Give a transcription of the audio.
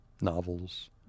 novels